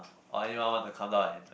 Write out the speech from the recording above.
orh anyone want to come down and